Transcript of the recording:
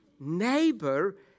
neighbor